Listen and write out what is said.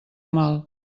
mal